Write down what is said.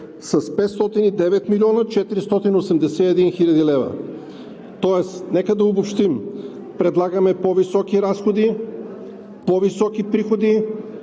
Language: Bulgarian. с 509 млн. 481 хил. лв. Тоест, нека да обобщим – предлагаме по-високи разходи, по-високи приходи,